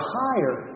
higher